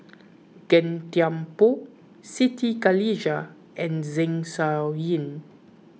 Gan Thiam Poh Siti Khalijah and Zeng Shouyin